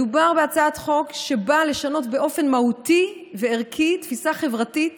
מדובר בהצעת חוק שבאה לשנות באופן מהותי וערכי תפיסה חברתית